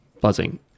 Buzzing